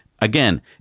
again